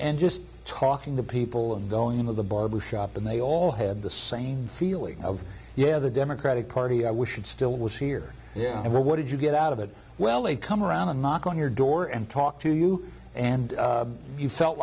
and just talking to people and going into the barber shop and they all had the same feeling of yeah the democratic party i wish it still was here yeah but what did you get out of it well they come around and knock on your door and talk to you and you felt